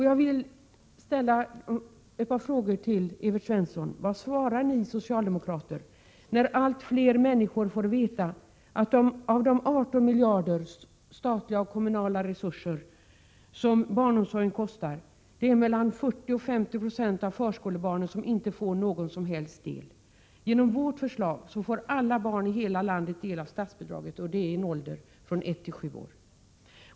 Jag vill ställa ett par frågor till Evert Svensson: Vad svarar ni socialdemokrater när allt fler människor får veta att av de 18 miljarder — statliga och kommunala resurser — som barnomsorgen kostar får mellan 40 och 50 96 av förskolebarnen inte någon som helst del? Enligt vårt förslag får alla barn i hela landet del av statsbidraget, och det i åldern ett till sju år.